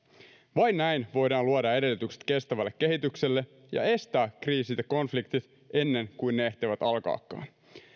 vain näin voidaan luoda edellytykset kestävälle kehitykselle ja estää kriisit ja konfliktit ennen kuin ne ehtivät alkaakaan